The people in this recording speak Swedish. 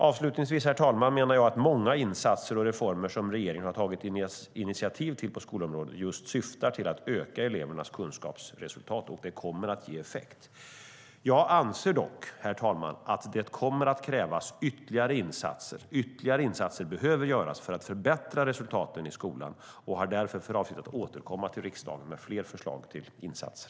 Avslutningsvis, herr talman, menar jag att många insatser och reformer som regeringen har tagit initiativ till på skolområdet just syftar till att öka elevernas kunskapsresultat. Det kommer att ge effekt. Jag anser dock att det kommer att krävas ytterligare insatser. Mer behöver göras för att förbättra resultaten i skolan. Jag har därför för avsikt att återkomma till riksdagen med fler förslag till insatser.